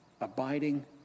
abiding